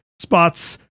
spots